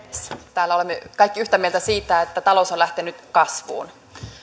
täällä olemme kaikki yhtä mieltä siitä että talous on lähtenyt kasvuun